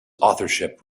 authorship